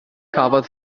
cafodd